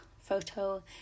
photo